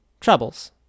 troubles